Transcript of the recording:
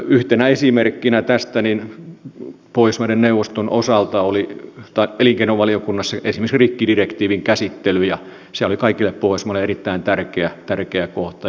yhtenä esimerkkinä tästä pohjoismaiden neuvoston osalta oli elinkeinovaliokunnassa esimerkiksi rikkidirektiivin käsittely ja se oli kaikille pohjoismaille erittäin tärkeä kohta